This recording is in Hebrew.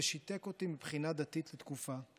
ושיתק אותי מבחינה דתית לתקופה.